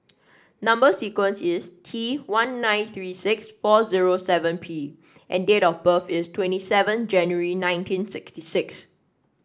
number sequence is T one nine three six four zero seven P and date of birth is twenty seven January nineteen sixty six